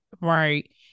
right